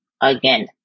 again